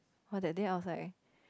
but that day I was like